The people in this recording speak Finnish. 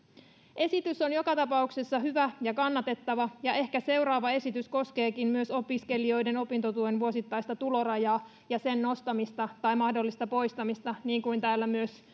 esitys on joka tapauksessa hyvä ja kannatettava ja ehkä seuraava esitys koskeekin myös opiskelijoiden opintotuen vuosittaista tulorajaa ja sen nostamista tai mahdollista poistamista niin kuin täällä